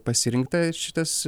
pasirinkta šitas